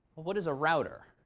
what is a router?